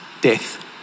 death